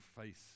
face